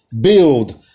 Build